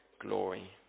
glory